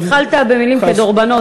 התחלת במילים כדרבונות,